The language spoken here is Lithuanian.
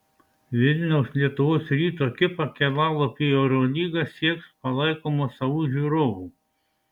vilniaus lietuvos ryto ekipa kelialapio į eurolygą sieks palaikoma savų žiūrovų